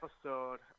Episode